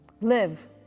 Live